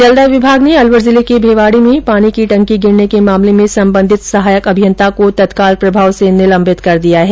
जलदाय विभाग ने अलवर जिले के मिवाड़ी में पानी की टंकी गिरने के मामले में संबंधित सहायक अभियंता को तत्काल प्रभाव से निलंदित कर दिया हैं